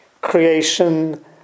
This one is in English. creation